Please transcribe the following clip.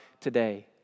today